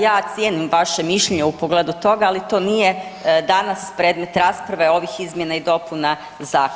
Ja cijenim vaše mišljenje u pogledu toga, ali to nije danas predmet rasprave, ovih Izmjena i dopuna zakona.